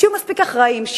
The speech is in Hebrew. שיהיו מספיק אחראיים,